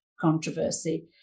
controversy